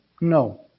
No